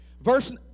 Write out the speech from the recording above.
verse